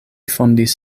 fondis